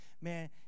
man